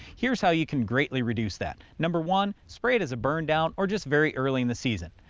here's how you can greatly reduce that. number one spray it as a burndown, or just very early in the season.